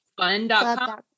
fun.com